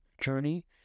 journey